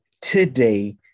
today